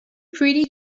pretty